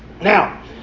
Now